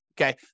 okay